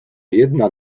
jedna